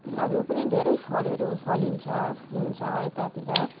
अरू पनि धेरै फलहरू फल्छ हुन्छ यतातिर